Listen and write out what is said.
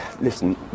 listen